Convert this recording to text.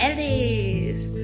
Alice